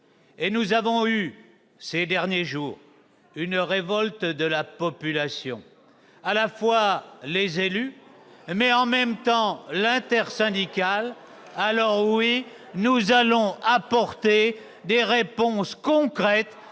Et nous avons connu, ces derniers jours, une révolte de la population, incarnée par les élus, mais aussi par l'intersyndicale. Donc oui, nous allons apporter des réponses concrètes